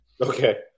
Okay